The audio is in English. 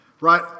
right